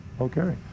Okay